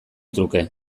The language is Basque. truke